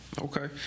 Okay